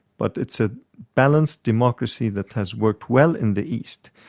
but it's a balanced democracy that has worked well in the east.